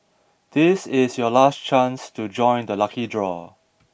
this is your last chance to join the lucky draw